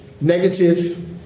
negative